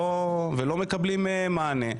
בסוף לא מקבלים מענה,